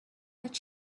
that